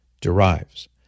derives